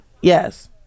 yes